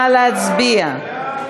נא להצביע.